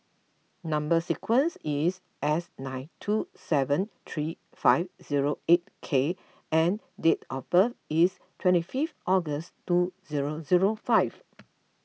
Number Sequence is S nine two seven three five zero eight K and date of birth is twenty fifth August two zero zero five